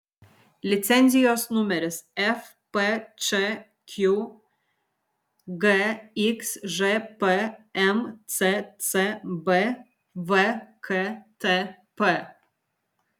licenzijos numeris fpčq gxžp mccb vktp